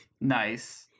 Nice